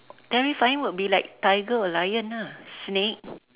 terrifying would be like tiger or lion ah snake